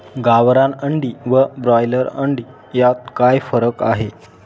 गावरान अंडी व ब्रॉयलर अंडी यात काय फरक आहे?